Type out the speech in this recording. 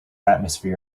atmosphere